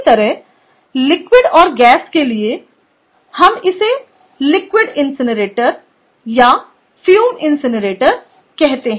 इसी तरह लिक्विड और गैस के लिए हम इसे लिक्विड इनसिनरेटर और फ्यूम इनसिनरेटर कहते हैं